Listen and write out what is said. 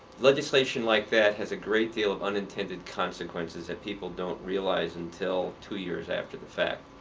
legislation like that has a great deal of unintended consequences that people don't realize until two years after the fact.